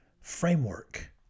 framework